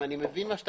אם אני מבין נכון,